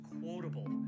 quotable